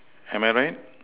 am I right